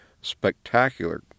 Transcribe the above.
spectacular